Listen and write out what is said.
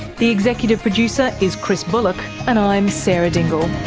the executive producer is chris bullock, and i'm sarah dingle